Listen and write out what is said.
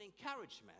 encouragement